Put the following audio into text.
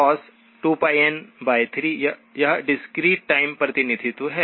cos2πn3 यह discrete time प्रतिनिधित्व है